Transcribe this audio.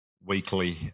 weekly